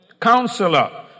Counselor